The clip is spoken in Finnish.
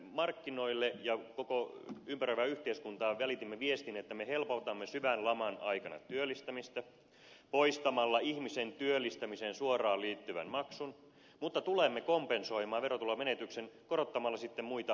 markkinoille ja koko ympäröivään yhteiskuntaan välitimme viestin että me helpotamme syvän laman aikana työllistämistä poistamalla ihmisen työllistämiseen suoraan liittyvän maksun mutta tulemme kompensoimaan verotulon menetyksen korottamalla sitten muita välillisiä veroja